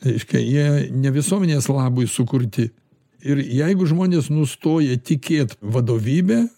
reiškia jie ne visuomenės labui sukurti ir jeigu žmonės nustoja tikėt vadovybe